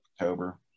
October